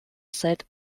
cette